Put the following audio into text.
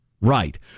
Right